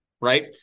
right